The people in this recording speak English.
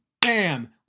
Bam